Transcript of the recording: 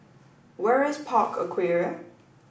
where is Park Aquaria